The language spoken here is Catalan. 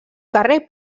carrer